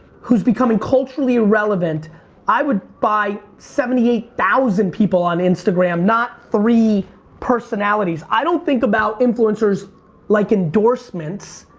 who's becoming culturally irrelevant i would buy seventy eight thousand people on instagram. not three personalities. i don't think about influencers like endorsements,